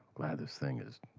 glad this thing is